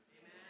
Amen